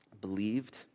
believed